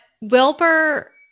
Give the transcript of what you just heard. Wilbur